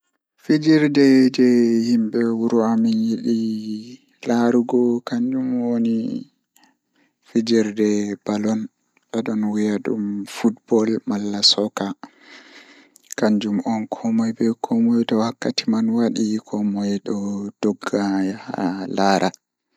E nder leydi am, ɓe naatnoytaa ndewti mawnde ɗiɗi. Wala waɗi football e basketball. E nder hirsitorde, ɓe naatnoytaa fiyaande ka football tawi ko hoore maɓɓe, basketball o waawataa jangoje kuutorgo.